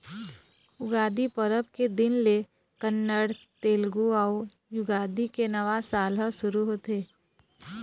उगादी परब के दिन ले कन्नड़, तेलगु अउ युगादी के नवा साल ह सुरू होथे